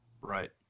right